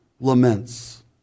laments